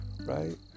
Right